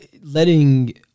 letting